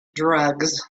drugs